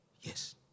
Yes